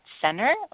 Center